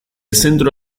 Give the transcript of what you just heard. centro